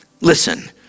listen